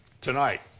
tonight